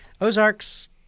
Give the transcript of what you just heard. Ozarks